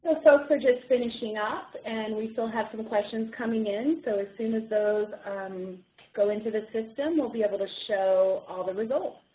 ah so some folks are just finishing up, and we still have some questions coming in, so as soon as those um go into the system, we'll be able to show all the results.